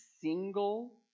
single